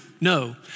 no